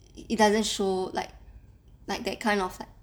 it doesn't show like like that kind of like